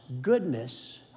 goodness